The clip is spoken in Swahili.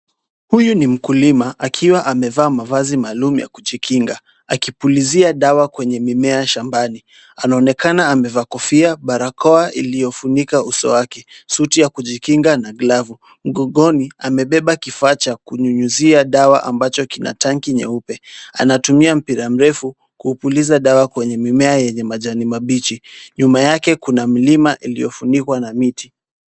Huyu ni mkulima akiwa amevaa mavazi maalum ya kujikinga akipulizia dawa kwenye mimea shambani. Anaonekana amevaa kofia, barakoa iliofunika uso wake, suti ya kujikinga, na glavu. Mgongoni amebeba kifaa cha kunyunyizia dawa ambacho kina tangi nyeupe. Anatumia mpira mrefu kupuliza dawa kwenye mimea yenye majani kibichi. Nyuma yake kuna mlima iliofunikwa na miti.